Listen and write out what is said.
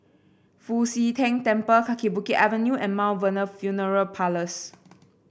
Fu Xi Tang Temple Kaki Bukit Avenue and Mount Vernon Funeral Parlours